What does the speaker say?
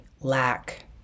lack